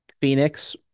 Phoenix